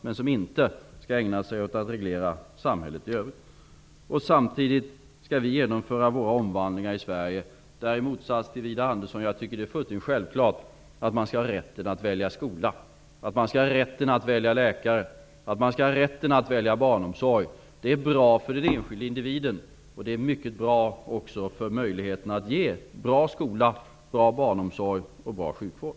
Statsmakten skall inte ägna sig åt att reglera samhället i övrigt. Samtidigt skall vi genomföra våra omvandlingar i Sverige. I motsats till Widar Andersson tycker jag att det är fullständigt självklart att man skall ha rätten att välja skola, rätten att välja läkare och rätten att välja barnomsorg. Det är bra för den enskilde individen och mycket bra också för möjligheten att ge bra skola, bra barnomsorg och bra sjukvård.